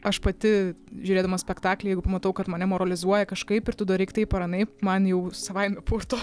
aš pati žiūrėdama spektaklį jeigu pamatau kad mane moralizuoja kažkaip ir tu daryk taip ar anaip man jau savaime purto